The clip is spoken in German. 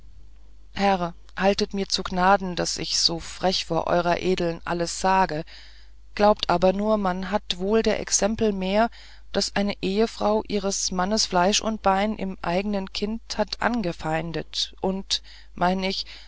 herr haltet's mir zu gnaden daß ich so frech vor euer edlen alles sage glaubt aber nur man hat wohl der exempel mehr daß eine ehefrau ihres mannes fleisch und bein im eigenen kind hat angefeindet und mein ich